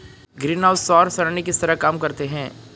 greenhouse सौर सरणी किस तरह काम करते हैं